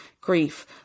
grief